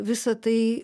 visa tai